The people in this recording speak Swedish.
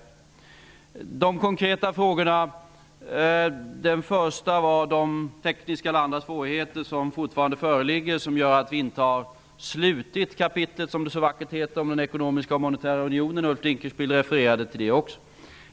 Beträffande de konkreta frågorna handlade den första frågan om tekniska eller andra svårigheter som fortfarande föreligger, vilket gör att vi inte har slutit kapitlet, som det så vackert heter, om den ekonomiska monetära unionen. Också Ulf Dinkelspiel refererade till detta.